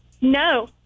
no